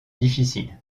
difficile